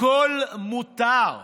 הכול מותר.